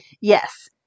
yes